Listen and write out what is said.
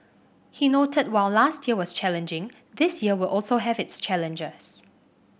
he noted while last year was challenging this year will also have its challenges